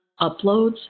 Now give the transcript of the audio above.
uploads